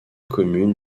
commune